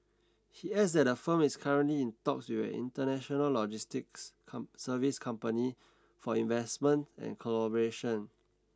he adds that the firm is currently in talks with an international logistics services company for investment and collaboration